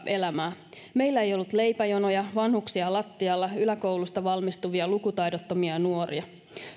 elämää meillä ei ollut leipäjonoja vanhuksia lattialla yläkoulusta valmistuvia lukutaidottomia nuoria